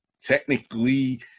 technically